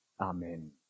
Amen